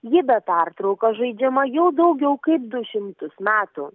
ji be pertraukos žaidžiama jau daugiau kaip du šimtus metų